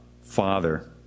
Father